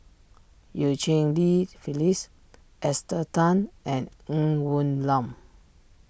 Eu Cheng Li Phyllis Esther Tan and Ng Woon Lam